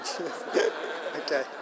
Okay